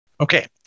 Okay